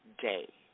day